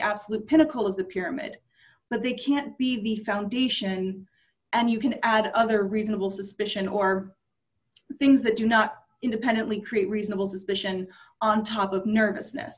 absolute pinnacle of the pyramid but they can't be the foundation and you can add other reasonable suspicion or things that do not independently create reasonable suspicion on top of nervousness